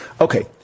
Okay